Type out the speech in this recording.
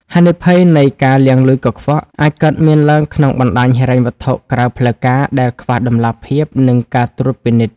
ហានិភ័យនៃការលាងលុយកខ្វក់ អាចកើតមានឡើងក្នុងបណ្ដាញហិរញ្ញវត្ថុក្រៅផ្លូវការដែលខ្វះតម្លាភាព និងការត្រួតពិនិត្យ។